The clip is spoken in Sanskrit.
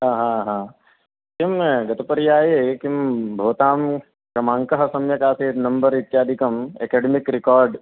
हा हा हा किं गतपर्याये किं भवतां क्रमाङ्कः सम्यक् आसीत् नम्बर् इत्यादिकम् एकेडेमिक् रेकार्ड्